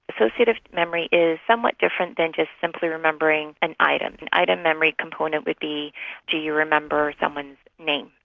associative memory is somewhat different than just simply remembering an item. an item memory component would be do you remember someone's name?